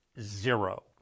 zero